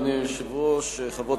ויבוא להודיע את הודעת הוועדה.